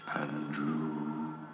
Andrew